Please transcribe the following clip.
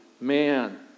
man